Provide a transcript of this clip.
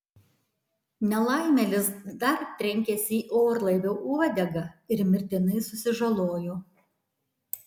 nelaimėlis dar trenkėsi į orlaivio uodegą ir mirtinai susižalojo